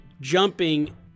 jumping